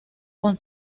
con